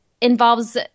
involves